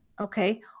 okay